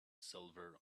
silver